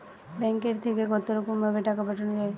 ব্যাঙ্কের থেকে কতরকম ভাবে টাকা পাঠানো য়ায়?